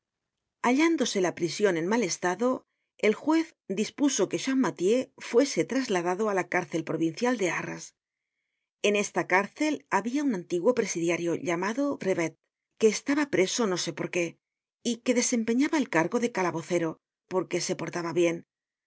hallándose la prision en mal estado el juez dispuso que champmathieu fuese trasladado á la cárcel provincial de arras en esta cárcel habia un antiguo presidiario llamado brevet que estaba preso no sé por qué y que desempeñaba el cargo de calabocero porque se portaba bien